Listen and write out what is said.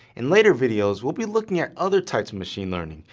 in later videos, we'll be looking at other types of machine learning,